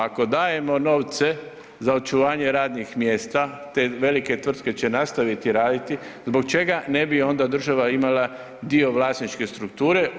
Ako dajemo novce za očuvanje radnih mjesta, te velike tvrtke će nastaviti raditi, zbog čega ne bi onda država imala dio vlasničke strukture?